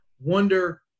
Wonder